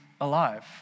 alive